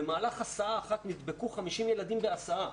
במהלך הסעה אחת נדבקו 50 ילדים בהסעה,